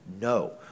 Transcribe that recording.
No